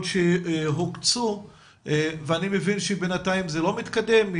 שהוקצו ואני מבין שבינתיים זה לא מתקדם.